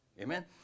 Amen